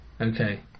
Okay